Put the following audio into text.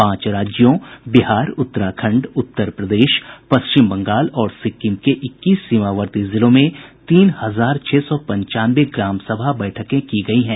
पांच राज्यों बिहार उत्तराखंड उत्तर प्रदेश पश्चिम बंगाल और सिक्किम के इक्कीस सीमावर्ती जिलों में तीन हजार छह सौ पंचानवे ग्राम सभा बैठकें की गई हैं